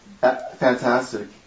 Fantastic